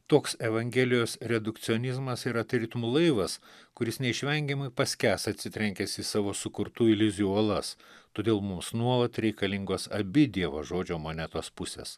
toks evangelijos redukcionizmas yra tarytum laivas kuris neišvengiamai paskęs atsitrenkęs į savo sukurtų iliuzijų uolas todėl mums nuolat reikalingos abi dievo žodžio monetos pusės